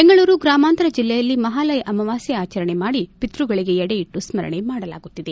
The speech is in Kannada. ಬೆಂಗಳೂರು ಗ್ರಾಮಾಂತರ ಜಿಲ್ಲೆಯಲ್ಲಿ ಮಹಾಲಯ ಅಮಾವಾಸ್ತೆ ಆಚರಣೆ ಮಾಡಿ ಖಿತ್ಯಗಳಿಗೆ ಎಡೆ ಇಟ್ಟು ಸ್ಕರಣೆ ಮಾಡಲಾಗುತ್ತಿದೆ